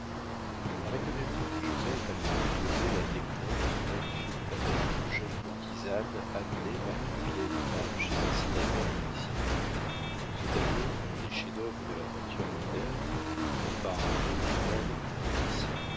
par économie joseph avait fait poser la descoings dans son magnifique tableau d'une jeune courtisane amenée par une vieille femme chez un sénateur vénitien ce tableau un des chefs-d'œuvre de la peinture moderne pris par gros lui-même pour un titien